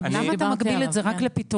למה אתה מגביל את זה רק לפתאומיות?